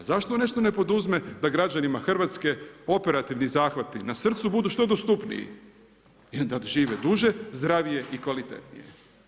Pa zašto nešto ne poduzme da građanima Hrvatske operativni zahvati na srcu budu što dostupniji i da žive duže, zdravije i kvalitetnije.